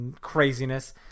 craziness